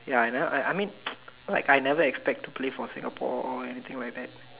ya and I I mean like I never expect to play for Singapore all or anything like that